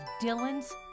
Dylan's